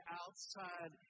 outside